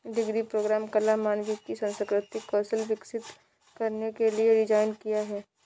degree programme कला, मानविकी, सांस्कृतिक कौशल विकसित करने के लिए डिज़ाइन किया है